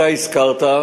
אתה הזכרת,